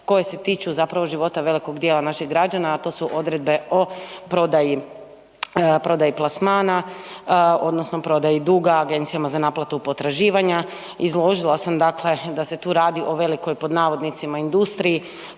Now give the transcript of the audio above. koje se tiču zapravo života velikog dijela naših građana, a to su odredbe o prodaji, prodaji plasmana odnosno prodaji duga Agencijama za naplatu potraživanja. Izložila sam dakle da se tu radi o velikoj, pod navodnicima, industriji